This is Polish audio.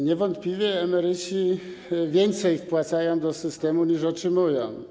Niewątpliwie emeryci więcej wpłacają do systemu, niż z niego otrzymują.